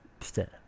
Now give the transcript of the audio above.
stand